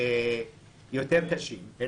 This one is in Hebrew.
והם נכים.